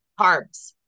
carbs